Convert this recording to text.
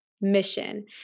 mission